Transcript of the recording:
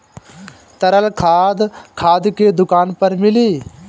तरल खाद खाद के दुकान पर मिली